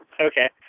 Okay